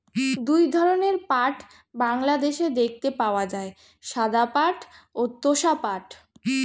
দুই ধরনের পাট বাংলাদেশে দেখতে পাওয়া যায়, সাদা পাট ও তোষা পাট